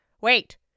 Wait